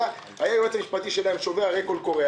היועץ המשפטי שלהם ראה קול קורא,